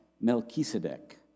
Melchizedek